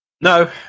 No